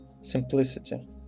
Simplicity